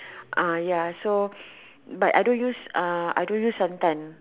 ah ya so but I don't use uh I don't use some time